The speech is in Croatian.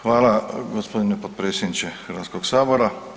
Hvala gospodine potpredsjedniče Hrvatskoga sabora.